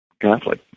Catholic